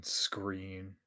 screen